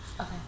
Okay